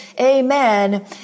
amen